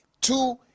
Two